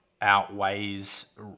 outweighs